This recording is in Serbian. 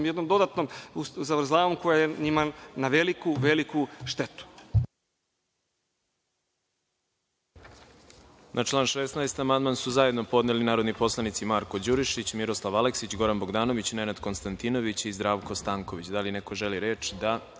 jednom dodatnom zavrzlamom, koja ima veliku, veliku štetu. **Đorđe Milićević** Na član 16. amandman su zajedno podneli narodni poslanici Marko Đurišić, Miroslav Aleksić, Goran Bogdanović, Nenad Konstantinović i Zdravko Stanković. Da li neko želi reč?